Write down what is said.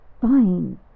fine